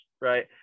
right